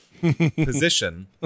position